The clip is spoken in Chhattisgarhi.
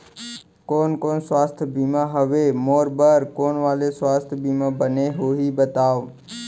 कोन कोन स्वास्थ्य बीमा हवे, मोर बर कोन वाले स्वास्थ बीमा बने होही बताव?